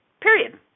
Period